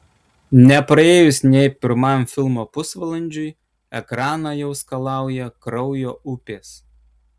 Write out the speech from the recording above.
nepraėjus nė pirmam filmo pusvalandžiui ekraną jau skalauja kraujo upės